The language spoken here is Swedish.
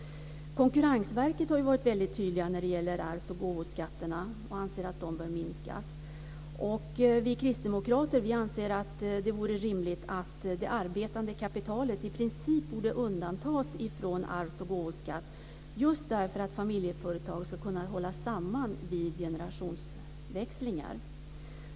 Konkurrensverket har varit väldigt tydligt när det gäller arvs och gåvoskatterna, och man anser att de bör sänkas. Vi kristdemokrater anser att det vore rimligt att det arbetande kapitalet i princip borde undantas från arvs och gåvoskatt just därför att familjeföretag ska kunna hållas samman vid generationsväxlingar.